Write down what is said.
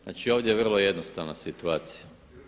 Znači ovdje je vrlo jednostavna situacija.